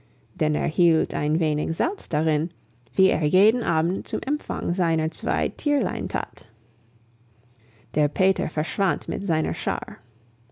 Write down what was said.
denn er hielt ein wenig salz darin wie er jeden abend zum empfang seiner zwei tierlein tat der peter verschwand mit seiner schar